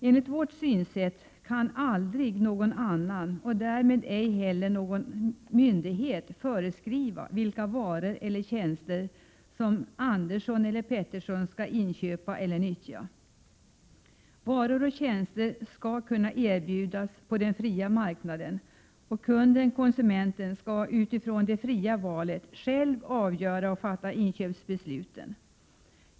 Enligt vårt synsätt kan aldrig någon annan, därmed ej heller någon myndighet, föreskriva vilka varor eller tjänster Andersson eller Pettersson skall inköpa eller nyttja. Varor och tjänster skall erbjudas på den fria marknaden, och kunden-konsumenten skall utifrån det fria valet själv avgöra och fatta inköpsbesluten.